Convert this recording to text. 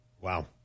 Wow